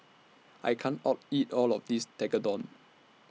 I can't All eat All of This Tekkadon